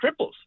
cripples